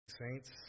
saints